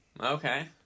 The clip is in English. Okay